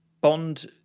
Bond